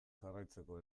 jarraitzeko